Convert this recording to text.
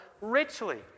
richly